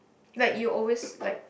like you always like